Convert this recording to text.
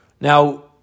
Now